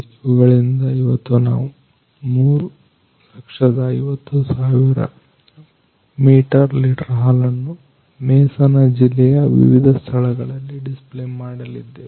ಇವುಗಳಿಂದ ಇವತ್ತು ನಾವು 350000 ಮೀಟರ್ ಲೀಟರ್ ಹಾಲನ್ನ ಮೇಸನ ಜಿಲ್ಲೆಯ ವಿವಿಧ ಸ್ಥಳಗಳಲ್ಲಿ ಡಿಸ್ಪ್ಲೇ ಮಾಡಲಿದ್ದೇವೆ